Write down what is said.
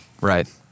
Right